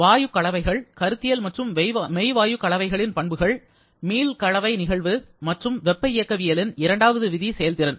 வாயு கலவைகள் கருத்தியல் மற்றும் மெய்வாயு கலவைகளின் பண்புகள் மீள் கலவை நிகழ்வு மற்றும் வெப்ப இயக்கவியலின் இரண்டாவது விதி செயல்திறன்